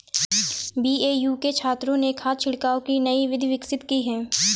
BAU के छात्रों ने खाद छिड़काव की नई विधि विकसित की है